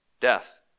death